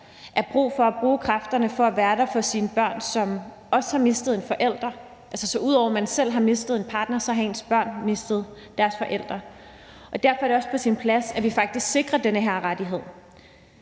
at bruge kræfterne til at være der for de børn, som også har mistet en forælder. For ud over at man selv har mistet en partner, har ens børn mistet en forælder, og derfor er det faktisk også på sin plads, at vi sikrer den her rettighed.